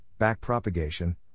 backpropagation